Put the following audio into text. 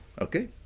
okay